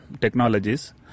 technologies